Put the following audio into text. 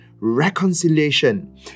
reconciliation